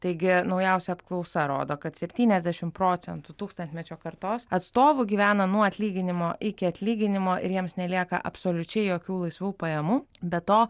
taigi naujausia apklausa rodo kad septyniasdešimt procentų tūkstantmečio kartos atstovų gyvena nuo atlyginimo iki atlyginimo ir jiems nelieka absoliučiai jokių laisvų pajamų be to